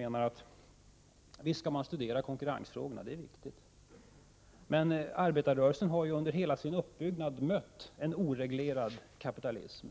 Enligt vår åsikt är det riktigt att man studerar konkurrensfrågorna, men arbetarrörelsen har ju under hela sin uppbyggnad mött en oreglerad kapitalism